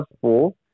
four